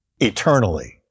eternally